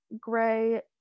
Gray